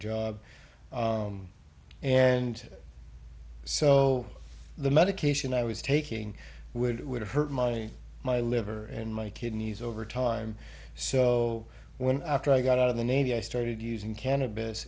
job and so the medication i was taking would would have hurt my my liver and my kidneys over time so when after i got out of the navy i started using cannabis